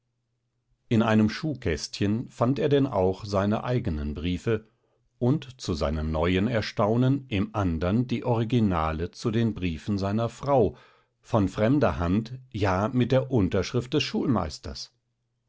in einem schubkästchen fand er denn auch seine eigenen briefe und zu seinem neuen erstaunen im andern die originale zu den briefen seiner frau von fremder hand ja mit der unterschrift des schulmeisters